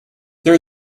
there